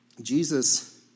Jesus